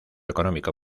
económico